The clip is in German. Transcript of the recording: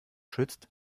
schützt